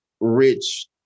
rich